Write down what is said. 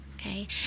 Okay